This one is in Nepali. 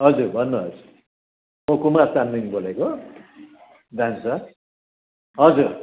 हजुर भन्नुहोस् म कुमार चामलिङ बोलेको जान्छ हजुर